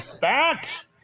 BAT